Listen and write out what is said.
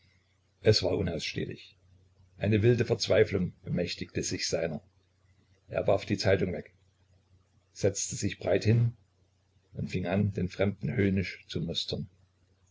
es war unausstehlich eine wilde verzweiflung bemächtigte sich seiner er warf die zeitung weg setzte sich breit hin und fing an den fremden höhnisch zu mustern